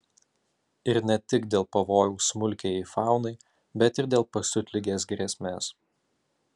ir ne tik dėl pavojaus smulkiajai faunai bet ir dėl pasiutligės grėsmės